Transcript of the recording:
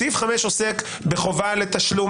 סעיף 5 עוסק בחובה לתשלום.